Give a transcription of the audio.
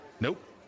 Nope